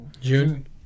June